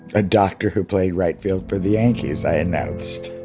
a doctor who played right field for the yankees, i announced.